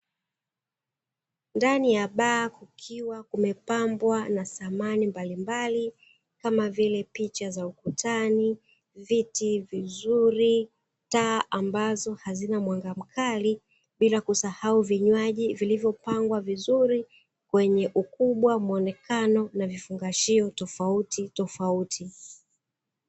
Ndani ya baa kukiwa kumepambwa na samani mbalimbali, kama vile: picha za ukutani, viti vizuri, taa ambazo hazina mwanga mkali, bila kusahau vinywaji vilivyopangwa vizuri kwenye ukubwa muonekano na vifungashio tofautitofauti.